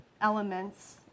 elements